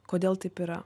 kodėl taip yra